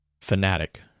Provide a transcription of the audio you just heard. Fanatic